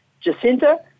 Jacinta